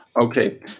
Okay